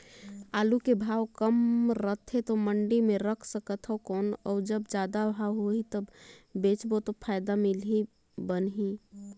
आलू के भाव कम रथे तो मंडी मे रख सकथव कौन अउ जब जादा भाव होही तब बेचबो तो फायदा मिलही की बनही?